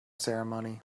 ceremony